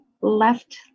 left